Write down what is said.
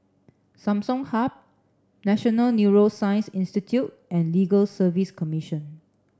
Samsung Hub National Neuroscience Institute and Legal Service Commission